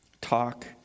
Talk